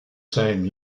same